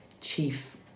chief